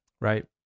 Right